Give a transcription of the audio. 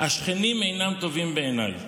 השכנים אינם טובים בעיניי.